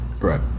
Right